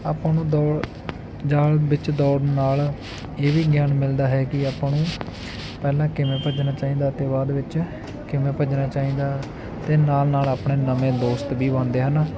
ਆਪਾਂ ਨੂੰ ਦੌੜ ਜਾਲ ਵਿੱਚ ਦੌੜਨ ਨਾਲ ਇਹ ਵੀ ਗਿਆਨ ਮਿਲਦਾ ਹੈ ਕਿ ਆਪਾਂ ਨੂੰ ਪਹਿਲਾਂ ਕਿਵੇਂ ਭੱਜਣਾ ਚਾਹੀਦਾ ਅਤੇ ਬਾਅਦ ਵਿੱਚ ਕਿਵੇਂ ਭੱਜਣਾ ਚਾਹੀਦਾ ਅਤੇ ਨਾਲ ਨਾਲ ਆਪਣੇ ਨਵੇਂ ਦੋਸਤ ਵੀ ਬਣਦੇ ਹਨ